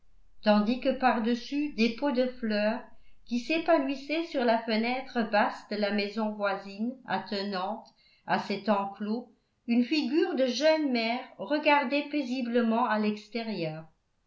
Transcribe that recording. tandis que par-dessus des pots de fleurs qui s'épanouissaient sur la fenêtre basse de la maison voisine attenante à cet enclos une figure de jeune mère regardait paisiblement à l'extérieur